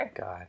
God